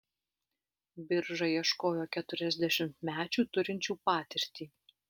birža ieškojo keturiasdešimtmečių turinčių patirtį